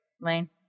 Lane